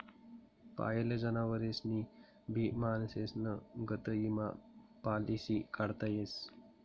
पायेल जनावरेस्नी भी माणसेस्ना गत ईमा पालिसी काढता येस